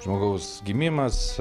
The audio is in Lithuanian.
žmogaus gimimas